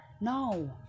No